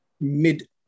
mid